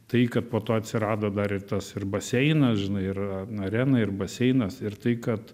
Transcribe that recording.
tai kad po to atsirado dar ir tas ir baseinas žinai ir arena ir baseinas ir tai kad